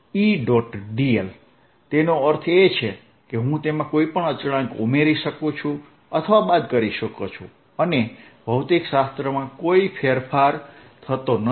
dl તેનો અર્થ એ કે હું તેમાં કોઈપણ અચળાંક ઉમેરી શકું છું અથવા બાદ કરી શકું છું અને ભૌતિકશાસ્ત્રમાં કોઈ ફેરફાર થતો નથી